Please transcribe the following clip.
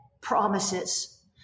promises